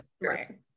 right